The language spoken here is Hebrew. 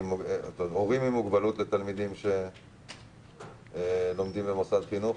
מוזכרים הורים עם מוגבלות לתלמידים שלומדים במוסד חינוך?